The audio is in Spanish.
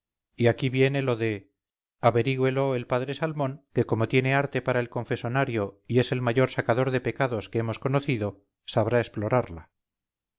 y aquí viene lo de averígüelo el padre salmón que como tiene arte para el confesionario y es el mayor sacador de pecados que hemos conocido sabrá explorarla